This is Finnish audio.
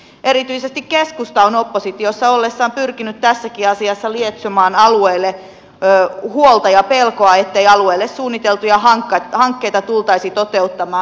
erityisesti keskusta on oppositiossa ollessaan pyrkinyt tässäkin asiassa lietsomaan alueille huolta ja pelkoa ettei alueille suunniteltuja hankkeita tultaisi toteuttamaan